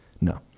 No